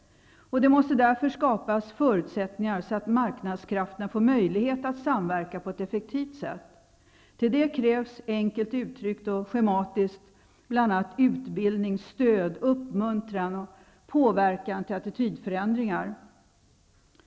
Det måste därför skapas förutsättningar så att marknadskrafterna får möjlighet att samverka på ett effektivt sätt. Till det krävs, enkelt och schematiskt uttryckt, bl.a. stöd, uppmuntran och påverkan till attitydförändringar.